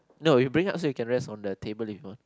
no you bring up so you can rest on the tabling mah